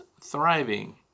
thriving